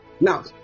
now